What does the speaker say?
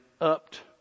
upped